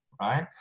right